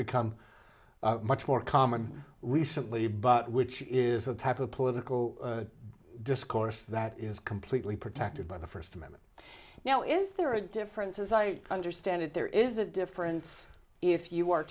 become much more common recently but which is the type of political discourse that is completely protected by the first amendment now is there a difference as i understand it there is a difference if you are